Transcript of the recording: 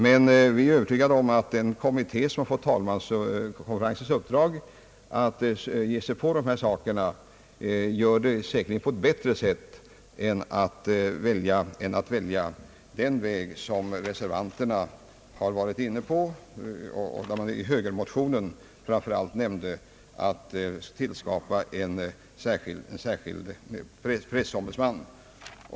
Men vi är övertygade om att den kommitté, som får talmanskonferensens uppdrag att ta itu med dessa problem, skall åstadkomma någonting bättre än vi får om man väljer den väg som reservanterna föreslår och framför allt motionärerna från högern varit inne på, alltså att tillskapa en riksdagens egen pressombudsman.